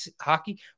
hockey